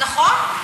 נכון.